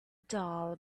doll